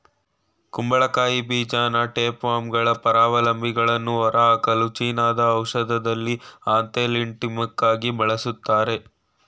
ಕುಂಬಳಕಾಯಿ ಬೀಜನ ಟೇಪ್ವರ್ಮ್ಗಳ ಪರಾವಲಂಬಿಗಳನ್ನು ಹೊರಹಾಕಲು ಚೀನಾದ ಔಷಧದಲ್ಲಿ ಆಂಥೆಲ್ಮಿಂಟಿಕಾಗಿ ಬಳಸ್ತಾರೆ